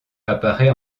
apparait